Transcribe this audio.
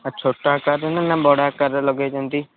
ଆଉ ଛୋଟ ଆକାରରେ ନା ବଡ଼ ଆକାରରେ ଲଗେଇଛନ୍ତି